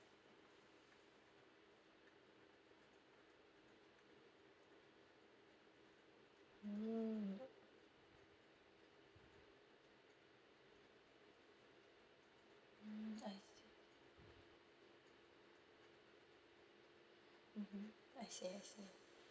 mm mm I see mmhmm I see I see